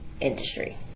industry